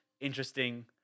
interesting